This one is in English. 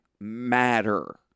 matter